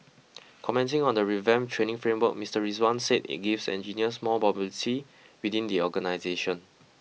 commenting on the revamped training framework Mister Rizwan said it gives engineers more mobility within the organisation